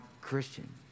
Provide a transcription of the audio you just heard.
Christian